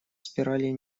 спирали